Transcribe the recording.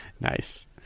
Nice